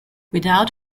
without